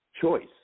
choice